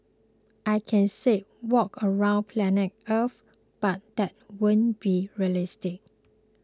I can say walk around planet Earth but that wouldn't be realistic